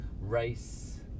Race